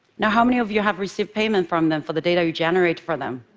now, how many of you have received payment from them for the data you generate for them?